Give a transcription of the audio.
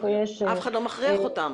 אף אחד לא מכריח אותם.